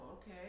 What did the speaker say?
Okay